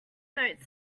note